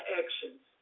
actions